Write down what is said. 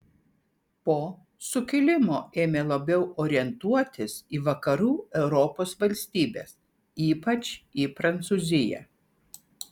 po sukilimo ėmė labiau orientuotis į vakarų europos valstybes ypač į prancūziją